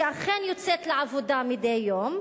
שאכן יוצאת לעבודה מדי יום,